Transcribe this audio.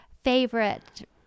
favorite